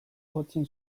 jotzen